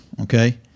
okay